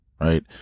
Right